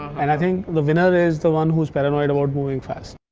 and i mean the winner is the one who is paranoid about moving fast.